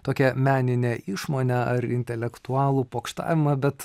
tokią meninę išmonę ar intelektualų pokštavimą bet